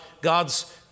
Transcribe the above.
God's